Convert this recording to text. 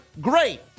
great